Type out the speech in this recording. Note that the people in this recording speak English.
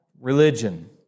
religion